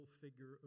figure